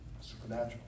supernatural